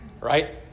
Right